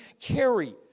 carry